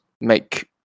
make